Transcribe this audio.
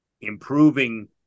improving